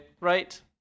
right